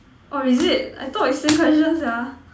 orh is it I thought is same questions sia